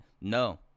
No